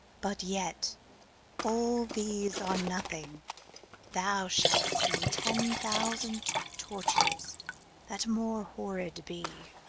but yet all these are nothing thou shalt see ten thousand tortures that more horrid be.